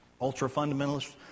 ultra-fundamentalist